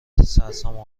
سرسام